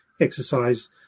exercise